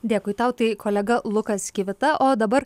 dėkui tau tai kolega lukas kivita o dabar